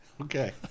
Okay